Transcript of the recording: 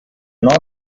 not